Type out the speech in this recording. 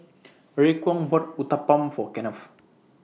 Raekwon bought Uthapam For Kennth